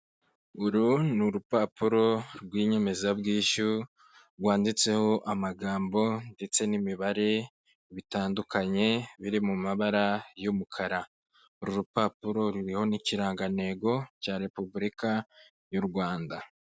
Uru ni urupapuro rw'inyemezabwishyu rwanditseho amagambo ndetse n'imibare bitandukanye biri mu mabara y'umukara, uru rupapuro ruriho n'ikirangantego cya Repubulika y'u Rwanda.